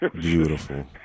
Beautiful